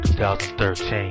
2013